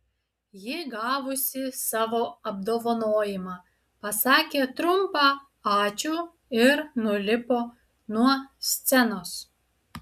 ji gavusi savo apdovanojimą pasakė trumpą ačiū ir nulipo nuo scenos